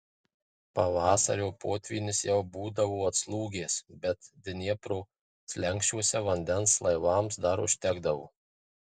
pavasario potvynis jau būdavo atslūgęs bet dniepro slenksčiuose vandens laivams dar užtekdavo